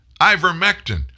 Ivermectin